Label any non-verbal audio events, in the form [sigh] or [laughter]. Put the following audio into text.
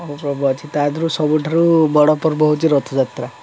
[unintelligible] ଅଛି ତାଦେହରୁ ସବୁଠାରୁ ବଡ଼ ପର୍ବ ହେଉଛି ରଥଯାତ୍ରା